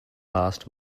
vast